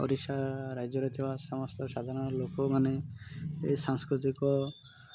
ଓଡ଼ିଶା ରାଜ୍ୟରେ ଥିବା ସମସ୍ତ ସାଧାରଣ ଲୋକମାନେ ଏ ସାଂସ୍କୃତିକ